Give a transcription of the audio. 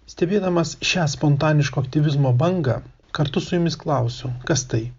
stebėdamas šią spontanišką optimizmo bangą kartu su jumis klausiu kas tai